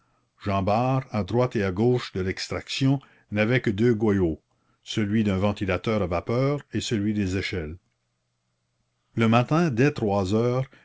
l'épuisement jean bart à droite et à gauche de l'extraction n'avait que deux goyots celui d'un ventilateur à vapeur et celui des échelles le matin dès trois heures